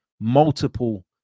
multiple